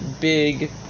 big